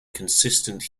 consistent